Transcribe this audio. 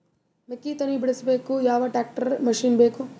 ಮೆಕ್ಕಿ ತನಿ ಬಿಡಸಕ್ ಯಾವ ಟ್ರ್ಯಾಕ್ಟರ್ ಮಶಿನ ಬೇಕು?